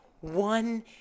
one